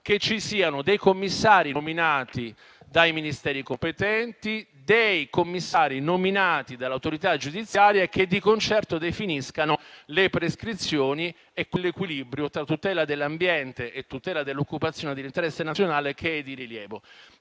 che ci siano dei commissari nominati dai Ministeri competenti e dei commissari nominati dall'autorità giudiziaria e che di concerto definiscano le prescrizioni e quell'equilibrio tra tutela dell'ambiente e tutela dell'occupazione e dell'interesse nazionale che è di rilievo.